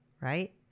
Right